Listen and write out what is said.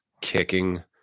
kicking